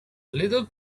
little